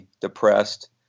depressed